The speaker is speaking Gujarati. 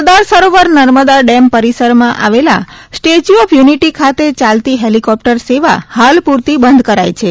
સરદાર સરોવર નર્મદા ડેમ રિસરમાં આવેલા સ્ટેચ્યુ ઓફ યુનિટી ખાતે યાલતી ફેલિકોપ્ટર સેવા હાલ પૂરતી બંધ કરાઈ છે